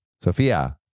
Sophia